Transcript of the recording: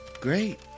great